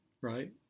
right